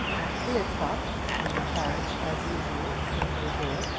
at three o'clock, when the carriage as usual came to the door,